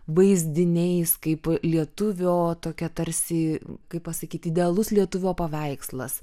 vaizdiniais kaip lietuvio tokia tarsi kaip pasakyti idealus lietuvio paveikslas